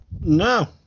No